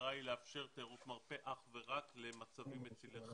המטרה היא לאפשר תיירות מרפא אך ורק למצבים מצילי חיים.